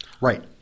Right